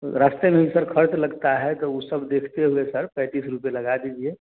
रास्ते में सर ख़र्च लगता है तो वह सब देखते हुए सर पैंतीस रुपये लगा दीजिए